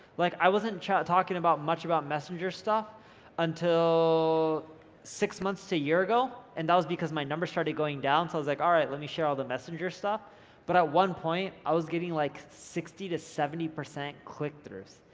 like i wasn't talking about much about messenger stuff until six months to a year ago, and that was because my numbers started going down so, i was like alright, let me share all the messenger stuff but at one point, i was getting like sixty to seventy percent click throughs,